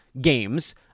games